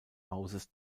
hauses